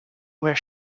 where